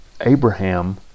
Abraham